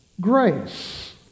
grace